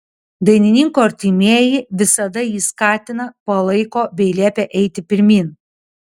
dainininko artimieji visada jį skatina palaiko bei liepia eiti pirmyn